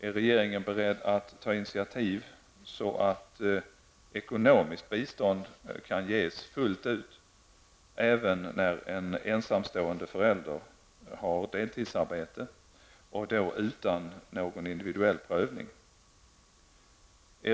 Är regeringen beredd att ta initiativ så att ekonomiskt bistånd kan ges fullt ut även när en ensamstående förälder har deltidsarbete och då utan någon individuell prövning? 3.